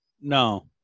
No